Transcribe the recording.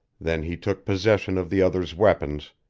then he took possession of the other's weapons,